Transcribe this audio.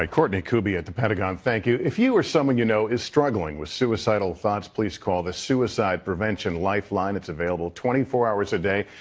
ah courtney kube yeah at the pentagon, thank you. if you or someone you know is struggling with suicidal thoughts, please call the suicide prevention lifer line. it's available twenty four hours a day.